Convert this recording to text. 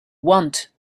want